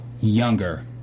younger